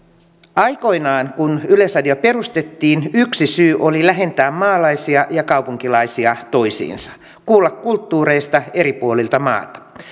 aikoinaan kun yleisradio perustettiin yksi syy oli lähentää maalaisia ja kaupunkilaisia toisiinsa kuulla kulttuureista eri puolilta maata